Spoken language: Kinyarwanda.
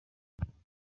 yakomeje